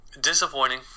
Disappointing